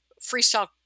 freestyle